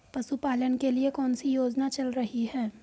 पशुपालन के लिए कौन सी योजना चल रही है?